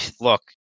Look